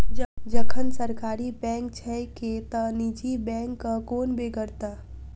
जखन सरकारी बैंक छैके त निजी बैंकक कोन बेगरता?